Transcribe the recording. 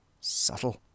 subtle